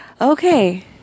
Okay